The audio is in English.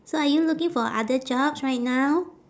so are you looking for other jobs right now